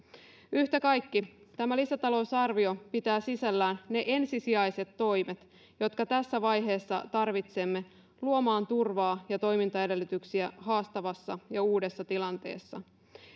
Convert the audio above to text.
yhtä kaikki tämä lisätalousarvio pitää sisällään ne ensisijaiset toimet jotka tässä vaiheessa tarvitsemme luomaan turvaa ja toimintaedellytyksiä haastavassa ja uudessa tilanteessa